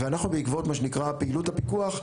ואנחנו בעקבות מה שנקרא פעילות הפיקוח,